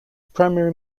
primary